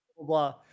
blah